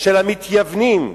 של המתייוונים,